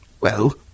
Well